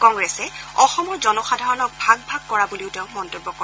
কংগ্ৰেছে অসমৰ জনসাধাৰণক ভাগ ভাগ কৰা বুলিও তেওঁ মন্তব্য কৰে